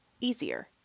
easier